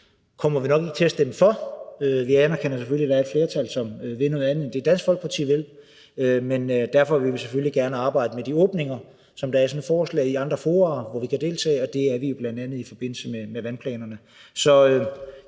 kommer vi nok ikke til at stemme for. Vi anerkender selvfølgelig, at der er et flertal, som vil noget andet end det, Dansk Folkeparti vil. Men derfor vil vi selvfølgelig gerne arbejde med de åbninger, som der er i sådan et forslag, i andre fora, hvor vi kan deltage, og det kan vi jo bl.a. i forbindelse med vandplanerne.